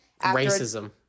Racism